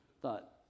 Thought